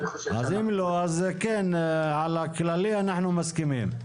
אם לא, אז כן, על הכללי אנחנו מסכימים.